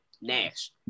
Nash